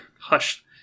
hush